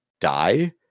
die